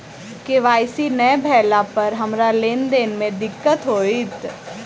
KYC नै भेला पर हमरा लेन देन मे दिक्कत होइत?